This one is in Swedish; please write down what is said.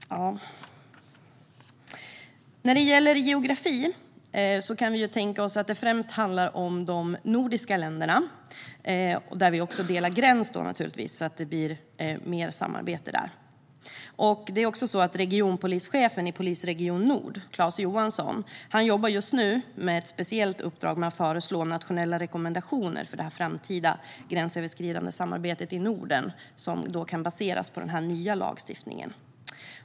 När det gäller geografi kan vi tänka oss att det främst handlar om de nordiska länderna - vi delar gräns - och att det blir mer samarbete där. Regionpolischefen i Polisregion Nord, Klas Johansson, jobbar just nu med ett speciellt uppdrag som handlar om att föreslå nationella rekommendationer för det framtida gränsöverskridande samarbetet i Norden - det kan då baseras på denna nya lagstiftning.